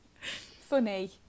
Funny